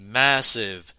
massive